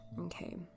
Okay